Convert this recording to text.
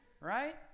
Right